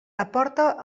aporta